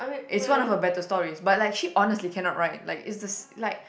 it's one of her better stories but like she honestly cannot write like it's this like